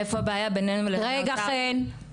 רגע, חן.